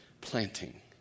planting